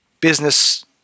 business